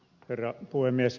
herra puhemies